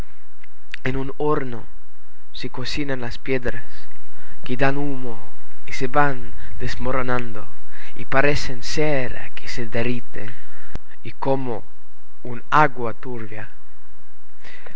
en un horno se cocinan las piedras que dan humo y se van desmoronando y parecen cera que se derrite y como un agua turbia